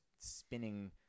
spinning